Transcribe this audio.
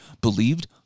believed